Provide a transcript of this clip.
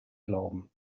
glauben